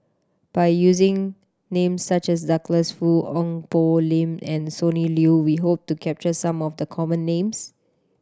by using names such as Douglas Foo Ong Poh Lim and Sonny Liew we hope to capture some of the common names